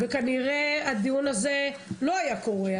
וכנראה הדיון הזה לא היה קורה.